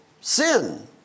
sin